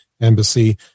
embassy